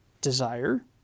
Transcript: desire